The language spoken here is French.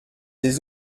des